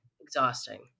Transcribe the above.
exhausting